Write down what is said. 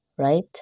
right